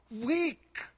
weak